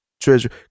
treasure